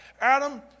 Adam